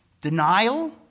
denial